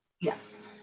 Yes